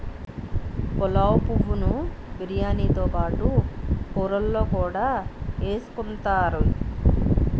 పులావు పువ్వు ను బిర్యానీతో పాటు కూరల్లో కూడా ఎసుకుంతారు